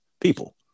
people